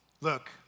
look